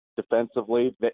defensively